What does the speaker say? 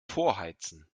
vorheizen